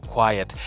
Quiet